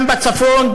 גם בצפון,